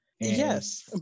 Yes